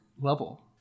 level